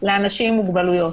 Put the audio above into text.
לאנשים עם מוגבלויות.